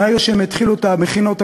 מהרגע שהם התחילו את המכינות הקדם-אקדמיות,